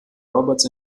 roberts